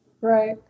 right